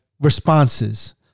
Responses